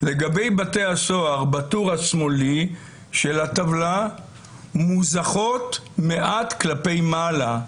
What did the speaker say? לגבי בתי הסוהר בטור השמאלי של הטבלה מוזזות מעט כלפי מעלה.